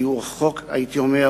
כי הייתי אומר